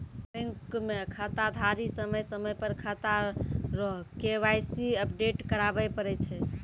bank मे खाताधारी समय समय पर खाता रो के.वाई.सी अपडेट कराबै पड़ै छै